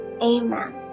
Amen